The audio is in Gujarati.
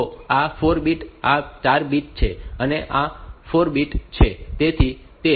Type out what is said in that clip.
તો આ 4 બીટ્સ આ 4 બીટ છે આ 4 બીટ છે